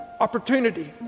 opportunity